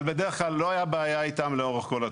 אבל בדרך כלל לא הייתה בעיה איתם לאורך כל התקופה.